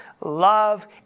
love